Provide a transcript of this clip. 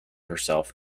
herself